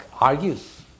argues